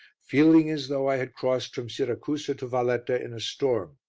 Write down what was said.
feeling as though i had crossed from siracusa to valletta in a storm,